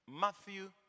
Matthew